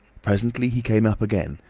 presently he came up again,